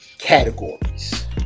categories